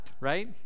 right